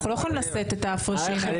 אנחנו לא יכולים לשאת האת ההפרשים האלה.